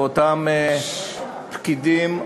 ואותם פקידים,